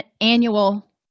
annual